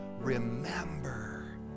remember